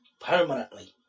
Permanently